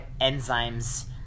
enzymes